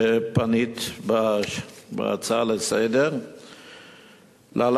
שעלתה בהצעה לסדר-היום,